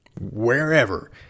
wherever